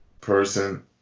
person